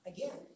Again